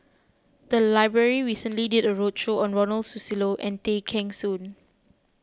the library recently did a roadshow on Ronald Susilo and Tay Kheng Soon